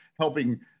helping